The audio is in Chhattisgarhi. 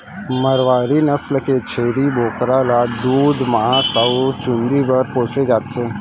मारवारी नसल के छेरी बोकरा ल दूद, मांस अउ चूंदी बर पोसे जाथे